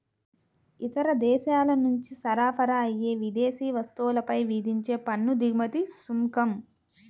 ఇతర దేశాల నుంచి సరఫరా అయ్యే విదేశీ వస్తువులపై విధించే పన్ను దిగుమతి సుంకం